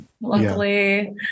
luckily